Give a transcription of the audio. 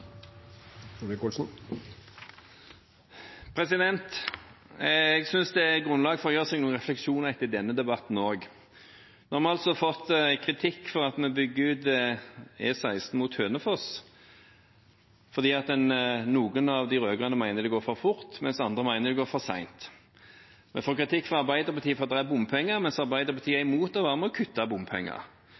grunnlag for å gjøre seg noen refleksjoner også etter denne debatten. Nå har vi altså fått kritikk for at vi bygger ut E16 mot Hønefoss – noen av de rød-grønne mener det går for fort, mens andre mener det går for sent. Vi får kritikk fra Arbeiderpartiet for at det er bompenger, mens Arbeiderpartiet er imot å være med og kutte i bompenger.